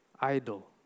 idol